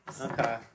Okay